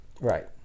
Right